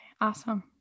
awesome